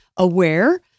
aware